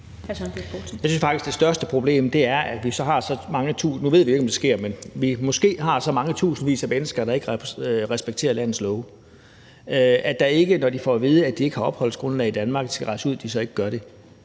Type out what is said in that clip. ved vi jo ikke, om det sker – har så mange tusindvis af mennesker, der ikke respekterer landets love, og som, når de får at vide, at de ikke har opholdsgrundlag i Danmark og skal rejse ud, ikke gør det.